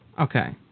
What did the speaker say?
Okay